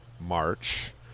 March